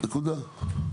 אני